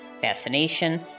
Fascination